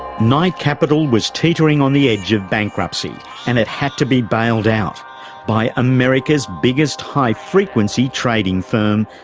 knight capital was teetering on the edge of bankruptcy and it had to be bailed out by america's biggest high-frequency trading firm,